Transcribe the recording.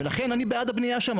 ולכן אני בעד הבנייה שם,